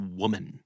woman